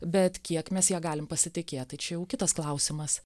bet kiek mes ja galim pasitikėt tai čia jau kitas klausimas